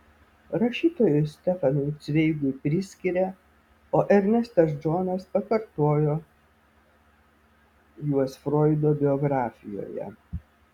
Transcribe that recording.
rašytojui stefanui cveigui priskiria o ernestas džonas pakartojo juos froido biografijoje